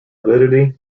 validity